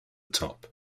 top